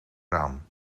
raam